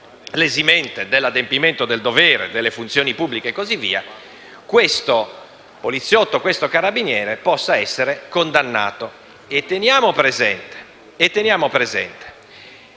esimente dell'adempimento del dovere e delle funzioni pubbliche, questo poliziotto o questo carabiniere possa essere condannato. E teniamo presente